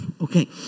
Okay